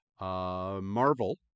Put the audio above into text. marvel